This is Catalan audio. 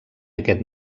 aquest